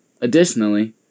Additionally